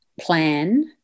Plan